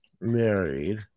married